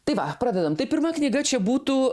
tai va pradedam tai pirma knyga čia būtų